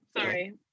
Sorry